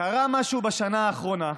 קרה משהו בשנה האחרונה.